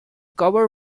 cover